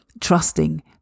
trusting